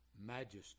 majesty